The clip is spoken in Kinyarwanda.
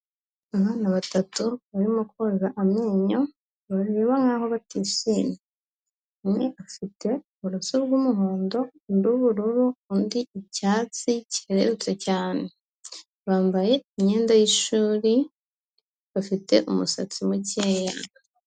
Abana batatu barimo koza amenyo, bareba nkaho batishimye. Umwe afite uburoso bw'umuhondo, undi ubururu, undi icyatsi kerurutse cyane. Bambaye imyenda y'ishuri, bafite umusatsi mukeya.